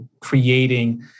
creating